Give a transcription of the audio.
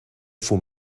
for